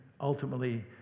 ultimately